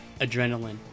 adrenaline